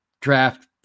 draft